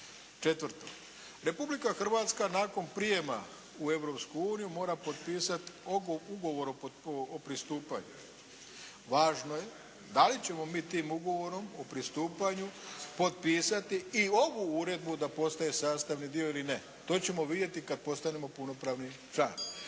Četvrto. Republika Hrvatska nakon prijema u Europsku uniju mora potpisat Ugovor o pristupanju. Važno je da li ćemo mi tim ugovorom o pristupanju potpisati i ovu uredbu da postaje sastavni dio ili ne. To ćemo vidjeti kad postanemo punopravni član.